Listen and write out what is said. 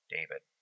David